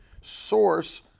source